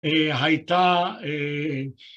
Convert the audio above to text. הייתה